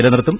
നിലനിർത്തും